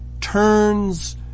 turns